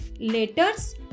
letters